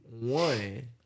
One